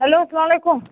hello اَسلام علیکُم